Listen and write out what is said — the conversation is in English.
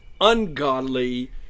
ungodly